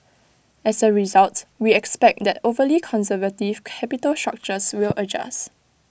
as A result we expect that overly conservative capital structures will adjust